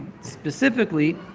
specifically